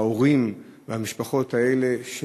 ההורים והמשפחות האלה,